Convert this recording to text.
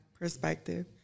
perspective